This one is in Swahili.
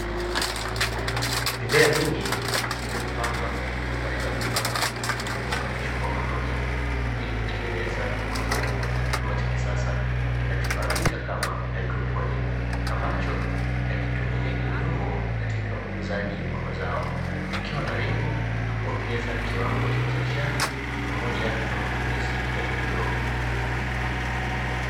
Mimea mingi ikiwa imepandwa katika vifaa vilivyounganishwa kwa pamoja ili kutengeneza mfumo wa kilimo cha kisasa kinachofahamika kama haidroponi, ambacho hakitumii udongo katika ukuzaji wa mazao ikiwa na lengo na kuongeza kiwango cha uzalishaji pamoja na matumizi ya eneo dogo.